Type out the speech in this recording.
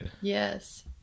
Yes